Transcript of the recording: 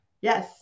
Yes